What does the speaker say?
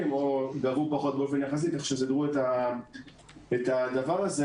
או גבו פחות באופן יחסי ו --- סגרו את הדבר הזה.